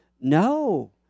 no